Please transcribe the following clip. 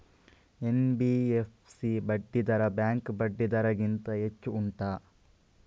NBFC ಬಡ್ಡಿ ದರ bank ಬಡ್ಡಿ ದರ ಗಿಂತ ಹೆಚ್ಚು ಉಂಟಾ